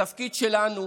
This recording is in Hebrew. התפקיד שלנו